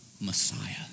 Messiah